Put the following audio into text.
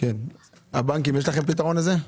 פתרון לזה,